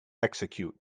execute